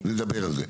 נדבר על זה.